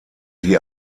die